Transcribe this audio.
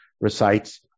recites